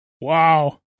Wow